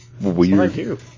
Weird